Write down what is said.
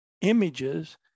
images